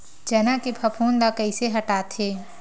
चना के फफूंद ल कइसे हटाथे?